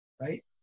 right